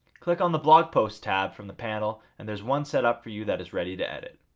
click on the blog posts tab from the panel and there is one set up for you that is ready to edit.